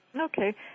Okay